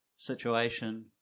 situation